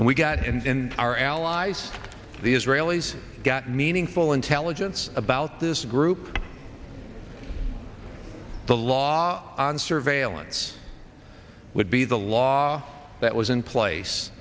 and we got in our allies the israelis get meaningful intelligence about this group the law on surveillance would be the law that was in place